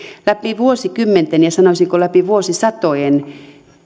läpi vuosikymmenten ja sanoisinko läpi vuosisatojen